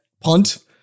punt